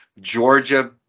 Georgia